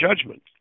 judgment